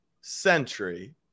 century